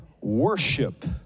worship